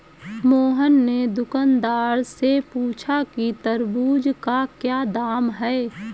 मोहन ने दुकानदार से पूछा कि तरबूज़ का क्या दाम है?